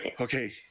okay